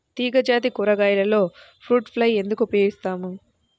తీగజాతి కూరగాయలలో fruit fly ఎందుకు ఉపయోగిస్తాము?